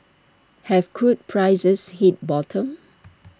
have crude prices hit bottom